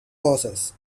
forces